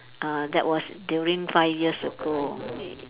uh that was during five years ago